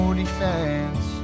defense